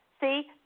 See